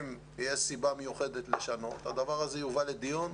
אם תהיה סיבה מיוחדת לשנות, הדבר הזה יובא לדיון.